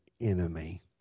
enemy